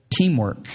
teamwork